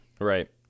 Right